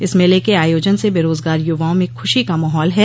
इस मेले के आयोजन से बेरोजगार युवाओं में खुशी का माहौल है